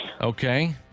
Okay